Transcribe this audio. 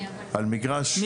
על מגרש כן.